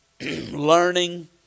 learning